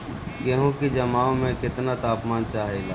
गेहू की जमाव में केतना तापमान चाहेला?